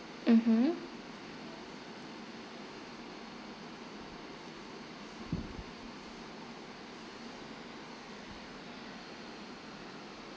mmhmm